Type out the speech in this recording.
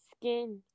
skin